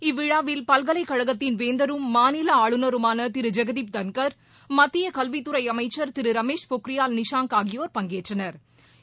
இவ்விழாவில் பல்கலைக்கழகத்தின் வேந்தரும் மாநிலஆளுநருமானதிருஜெகதீப் தன்கர் மத்தியகல்வித்துறைஅமைச்சா் திருரமேஷ் பொக்ரியால் நிஷாங்க் ஆகியோா் பங்கேற்றனா்